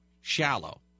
shallow